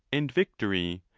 and victory,